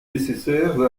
nécessaires